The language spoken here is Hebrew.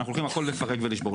אנחנו הולכים להרוס הכול ולשבור,